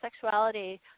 sexuality